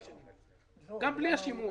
שם זה יכול להיתקע חמש שנים גם בלי השימוע.